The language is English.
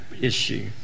issue